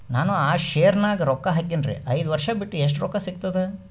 ನಾನು ಆ ಶೇರ ನ್ಯಾಗ ರೊಕ್ಕ ಹಾಕಿನ್ರಿ, ಐದ ವರ್ಷ ಬಿಟ್ಟು ಎಷ್ಟ ರೊಕ್ಕ ಸಿಗ್ತದ?